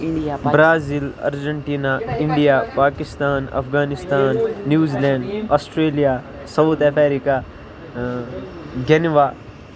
India پاکِس Brazil Argentina India Pakistan Afghanistan New Zealand Australia South Africa گینوا